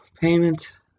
payment